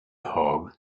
hog